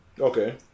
Okay